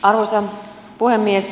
arvoisa puhemies